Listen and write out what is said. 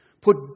Put